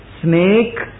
snake